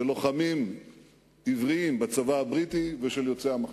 של לוחמים עבריים בצבא הבריטי ושל יוצאי המחתרות.